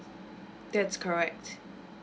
that's correct